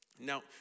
Now